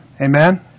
amen